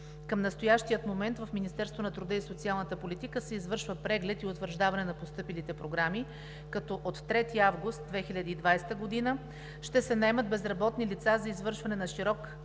Към настоящия момент в Министерството на труда и социалната политика се извършва преглед и утвърждаване на постъпилите програми, като от 3 август 2020 г. ще се наемат безработни лица за извършване на широк спектър от